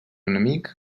enemic